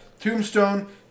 Tombstone